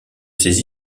ses